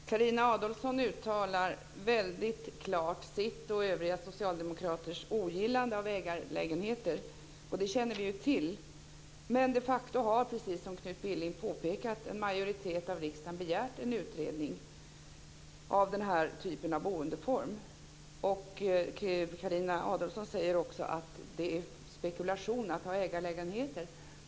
Fru talman! Carina Adolfsson uttalar väldigt klart sitt och övriga socialdemokraters ogillande av ägarlägenheter, och det känner vi ju till. Men det facto har, precis som Knut Billing påpekat, en majoritet av riksdagen begärt en utredning av den här typen av boende. Carina Adolfsson säger också att det är spekulation att ha ägarlägenheter.